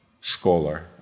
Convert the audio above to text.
scholar